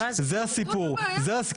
זה הסיפור.